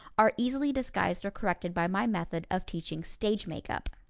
are easily disguised or corrected by my method of teaching stage-makeup.